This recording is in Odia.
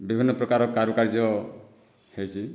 ବିଭିନ୍ନ ପ୍ରକାର କାରୁକାର୍ଯ୍ୟ ହୋଇଛି